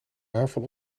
aanval